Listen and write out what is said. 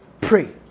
Pray